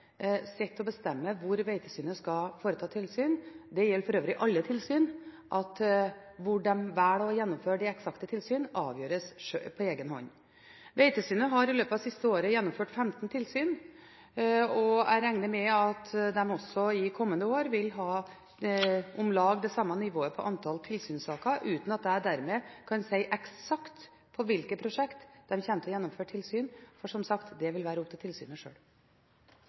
hvor Vegtilsynet skal foreta tilsyn. Det gjelder for øvrig alle tilsyn: Hvor de velger å gjennomføre de eksakte tilsynene, avgjøres på egen hånd. Vegtilsynet har i løpet av det siste året gjennomført 15 tilsyn, og jeg regner med at de også i kommende år vil ha om lag det samme nivået på antall tilsynssaker, uten at jeg dermed kan si eksakt på hvilke prosjekter de kommer til å gjennomføre tilsyn, for, som sagt: Det vil være opp til tilsynet sjøl.